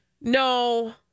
No